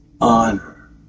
honor